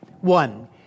One